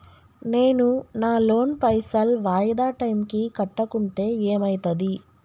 నేను నా లోన్ పైసల్ వాయిదా టైం కి కట్టకుంటే ఏమైతది?